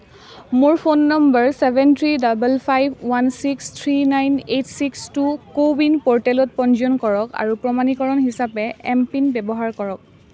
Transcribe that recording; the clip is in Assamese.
মোৰ phone number seven three double five one six three nine eight six two CoWIN প'ৰ্টেলত পঞ্জীয়ন কৰক আৰু প্ৰমাণীকৰণ হিচাপে এমপিন ব্যৱহাৰ কৰক